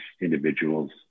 individuals